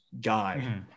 guy